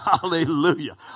Hallelujah